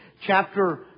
chapter